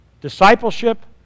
Discipleship